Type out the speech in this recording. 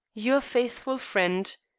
your faithful friend,